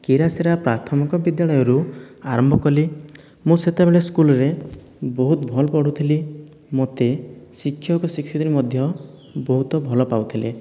କିରାଶିରା ପ୍ରାଥମିକ ବିଦ୍ୟାଳୟରୁ ଆରମ୍ଭ କଲି ମୁଁ ସେତେବେଳେ ସ୍କୁଲ୍ରେ ବହୁତ ଭଲ ପଢ଼ୁଥିଲି ମୋତେ ଶିକ୍ଷକ ଶିକ୍ଷୟିତ୍ରୀ ମଧ୍ୟ ବହୁତ ଭଲ ପାଉଥିଲେ